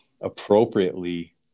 appropriately